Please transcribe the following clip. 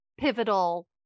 pivotal